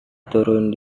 turun